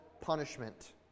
punishment